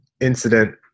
incident